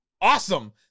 awesome